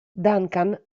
duncan